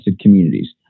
communities